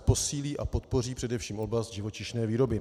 Posílí a podpoří především oblast živočišné výroby.